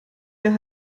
jahr